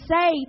say